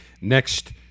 next